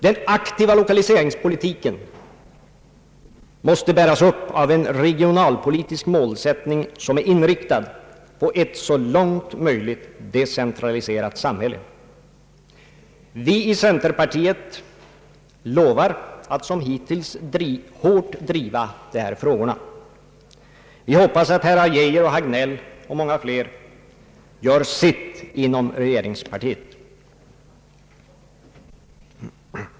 Den aktiva lokaliseringspolitiken måste bäras upp av en regionalpolitisk målsättning som är inriktad på ett så långt möjligt decentraliserat samhälle. Vi i centerpartiet lovar att som hittills hårt driva dessa frågor. Vi hoppas att herrar Geijer och Hagnell och många fler gör sitt inom regeringspartiet.